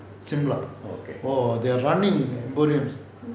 shimla !wow! they are running emporiums